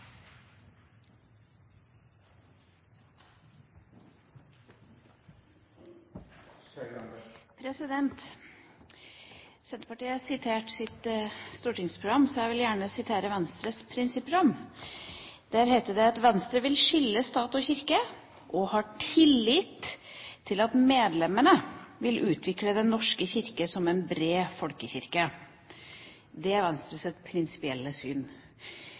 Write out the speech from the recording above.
Senterpartiet viste til sitt stortingsprogram, og jeg vil gjerne sitere Venstres prinsipprogram, der det heter: «Venstre vil skille stat og kirke og har tillit til at medlemmene vil utvikle Den Norske Kirke som en bred folkekirke.» Det er Venstres prinsipielle syn.